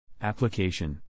application